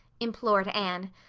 implored anne.